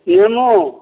नेबो